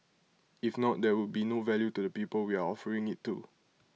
if not there would be no value to the people we are offering IT to